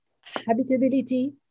habitability